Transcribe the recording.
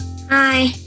Hi